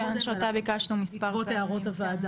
כן, שאותה ביקשנו מספר פעמים.